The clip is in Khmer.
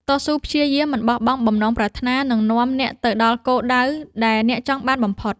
តស៊ូព្យាយាមមិនបោះបង់បំណងប្រាថ្នានឹងនាំអ្នកទៅដល់គោលដៅដែលអ្នកចង់បានបំផុត។